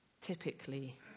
typically